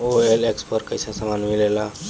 OLX पर कइसन सामान मीलेला?